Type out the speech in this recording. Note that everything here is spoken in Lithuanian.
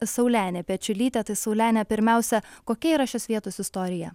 saulenė pečiulytė tai saulene pirmiausia kokia yra šios vietos istorija